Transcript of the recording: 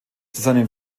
seinen